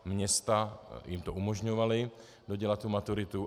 Města jim to umožňovala, dodělat maturitu.